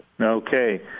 okay